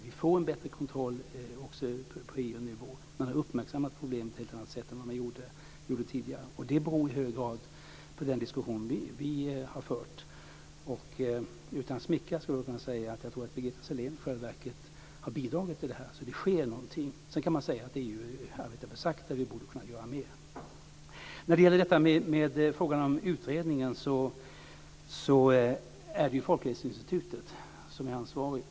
Vi får bättre kontroll också på EU-nivå. Man har uppmärksammat problemet på ett annat sätt än vad man tidigare gjorde. Det beror i hög grad på den diskussion som vi har fört. Utan att smickra tror jag mig kunna säga att Birgitta Sellén har bidragit till att det här sker någonting. Sedan kan man säga att EU här arbetar för sakta och att vi borde kunna göra mer. I frågan om utredningen kan jag nämna att det är Folkhälsoinstitutet som är ansvarigt.